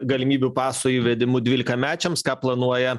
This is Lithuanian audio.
galimybių paso įvedimu dvylikamečiams ką planuoja